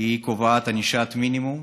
קובעת ענישת מינימום